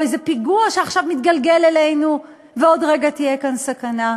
או איזה פיגוע שעכשיו מתגלגל אלינו ועוד רגע תהיה כאן סכנה קשה,